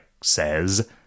says